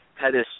Pettis